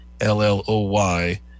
l-l-o-y